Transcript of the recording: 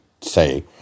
say